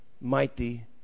mighty